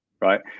right